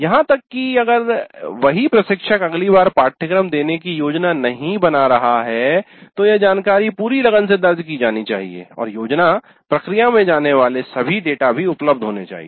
यहां तक कि अगर वही प्रशिक्षक अगली बार पाठ्यक्रम देने की योजना नहीं बना रहा है तो यह जानकारी पूरी लगन से दर्ज की जानी चाहिए और योजना प्रक्रिया में जाने वाले सभी डेटा भी उपलब्ध होने चाहिए